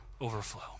overflow